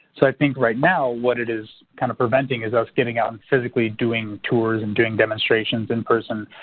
so i think right now, what it is kind of preventing is us getting out and physically doing tours and doing demonstrations in person.